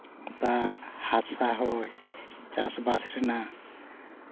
ᱫᱟᱜ ᱦᱟᱥᱟ ᱦᱚᱭ ᱪᱟᱥᱵᱟᱥ ᱨᱮᱱᱟᱜ